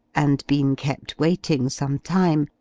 and been kept waiting some time,